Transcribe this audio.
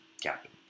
captain